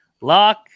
Lock